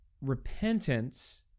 repentance